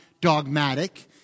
dogmatic—